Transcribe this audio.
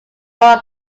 born